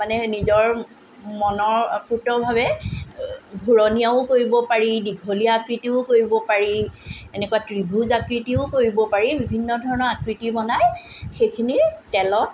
নিজৰ মনৰ প্ৰোতভাৱে ঘূৰণীয়াও কৰিব পাৰি দীঘলীয়া আকৃতিও কৰিব পাৰি এনেকুৱা ত্ৰিভূজ আকৃতিও কৰিব পাৰি বিভিন্ন ধৰণৰ আকৃতি বনাই সেইখিনি তেলত